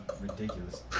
Ridiculous